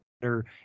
better